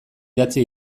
idatzi